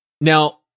Now